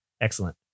excellent